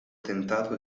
tentato